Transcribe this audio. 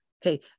hey